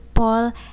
Paul